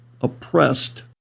oppressed